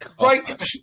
right